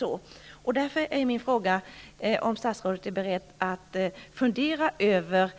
Jag vill därför fråga: Är statsrådet beredd att fundera över